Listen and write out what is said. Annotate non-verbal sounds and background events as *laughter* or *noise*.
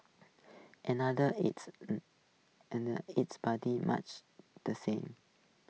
another it's *unintelligible* it's pretty much the same